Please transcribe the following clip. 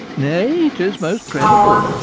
nay, tis most credible.